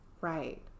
right